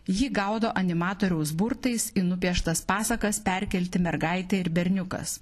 jį gaudo animatoriaus burtais į nupieštas pasakas perkelti mergaitė ir berniukas